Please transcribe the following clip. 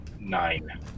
Nine